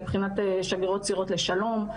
מבחינת שגרירות צעירות לשלום,